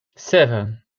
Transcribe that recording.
seven